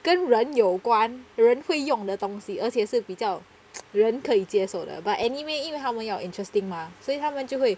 跟人有关人会用的东西而且是比较 人可以接受的 but anyway 因为他们要 interesting mah 所以他们就会